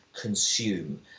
consume